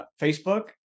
Facebook